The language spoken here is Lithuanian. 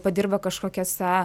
padirba kažkokiose